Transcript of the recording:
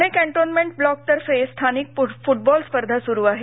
Pune cantonment ब्लॉकतर्फे स्थानिक football स्पर्धा सुरु आहेत